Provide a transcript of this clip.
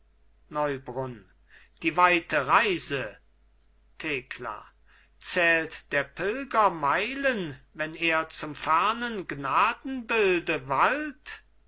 neubrunn die weite reise thekla zählt der pilger meilen wenn er zum fernen gnadenbilde wallt